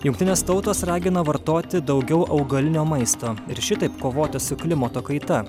jungtinės tautos ragina vartoti daugiau augalinio maisto ir šitaip kovoti su klimato kaita